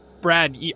Brad